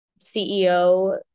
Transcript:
CEO